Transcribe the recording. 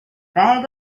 bag